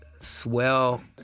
swell